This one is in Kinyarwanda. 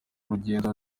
rugendo